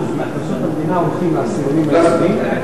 מההכנסות המדינה הולכים לעשירונים העליונים,